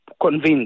convinced